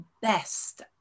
best